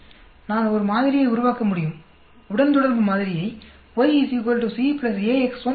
நான் ஒரு மாதிரியை உருவாக்க முடியும் உடன்தொடர்பு மாதிரியை